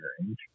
range